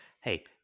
hey